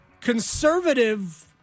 conservative